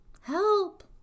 Help